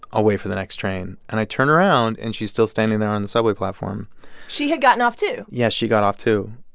i'll wait for the next train. and i turn around, and she's still standing there on the subway platform she had gotten off, too? yeah, she got off, too.